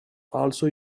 also